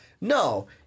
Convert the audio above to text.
No